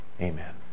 Amen